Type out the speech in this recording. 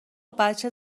بچه